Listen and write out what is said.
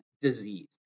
disease